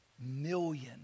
million